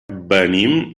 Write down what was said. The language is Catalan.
venim